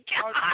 God